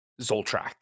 zoltrak